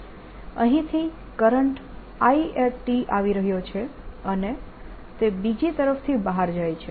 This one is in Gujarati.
અહીંથી કરંટ I આવી રહ્યો છે અને તે બીજી તરફથી બહાર જાય છે